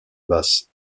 basses